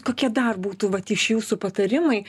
kokie dar būtų vat iš jūsų patarimai